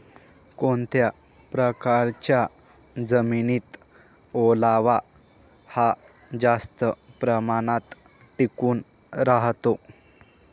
कोणत्या प्रकारच्या जमिनीत ओलावा हा जास्त प्रमाणात टिकून राहतो?